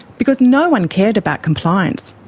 because no one cared about compliance.